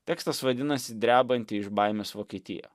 tekstas vadinasi drebanti iš baimės vokietija